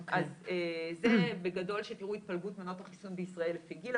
אז זה בגדול שתראו התפלגות מנות החיסון בישראל לפי גיל.